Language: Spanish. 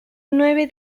nueve